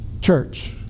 church